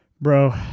Bro